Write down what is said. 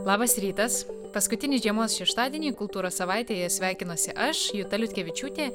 labas rytas paskutinį žiemos šeštadienį kultūros savaitėje sveikinuosi aš juta liutkevičiūtė